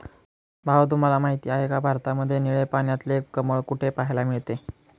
भाऊ तुम्हाला माहिती आहे का, भारतामध्ये निळे पाण्यातले कमळ कुठे पाहायला मिळते?